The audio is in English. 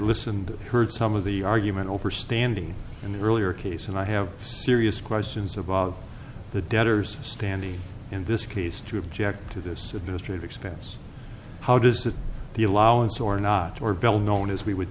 listen and heard some of the argument over standing in the earlier case and i have serious questions about the debtors standing in this case to object to this administrative expense how does that the allowance or not or bill known as we would